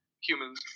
humans